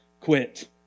quit